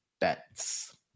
bets